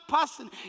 person